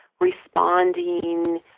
responding